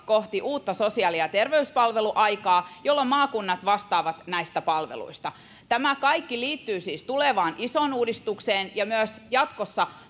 kohti uutta sosiaali ja terveyspalveluaikaa jolloin maakunnat vastaavat näistä palveluista tämä kaikki liittyy siis tulevaan isoon uudistukseen ja myös jatkossa